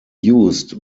used